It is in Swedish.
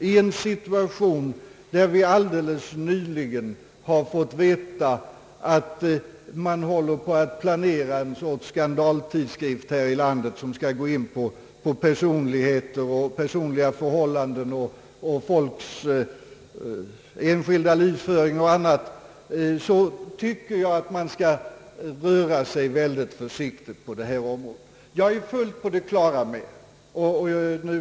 Men då vi nyligen fått veta att man håller på med att planera en sorts skandaltidskrift här i landet som skall gå in på personliga förhållanden och folks enskilda livsföring och annat, tycker jag att man bör vara mycket försiktig på detta område.